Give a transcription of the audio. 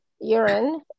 urine